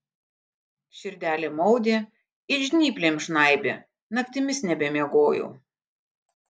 širdelė maudė it žnyplėm žnaibė naktimis nebemiegojau